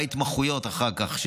בהתמחויות אחר כך,